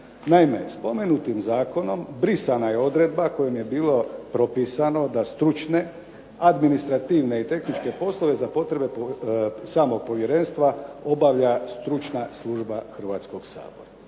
Naime, spomenutim zakonom brisana je odredba kojom je bilo propisano da stručne, administrativne i tehničke poslove za potrebe samog povjerenstva obavlja Stručna služba Hrvatskoga sabora.